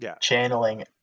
channeling